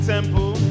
Temple